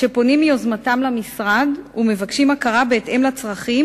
שפונים מיוזמתם אל המשרד ומבקשים הכרה בהתאם לצרכים